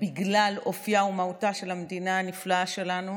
בגלל אופייה ומהותה של המדינה הנפלאה שלנו,